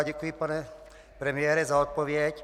Děkuji, pane premiére, za odpověď.